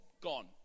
gone